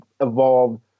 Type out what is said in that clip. evolved